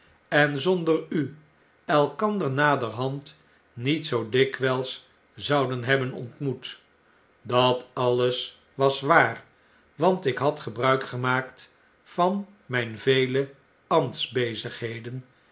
en zonder u elkander naderhand niet zoo dikwijls zouden hebben ontmoet dat alles was waar want ik had gebruik gemaakt van myn vele